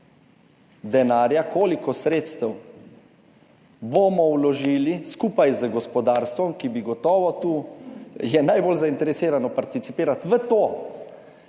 denarja, koliko sredstev bomo vložili skupaj z gospodarstvom, ki bi gotovo, tu je najbolj zainteresirano participirati v to,